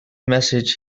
message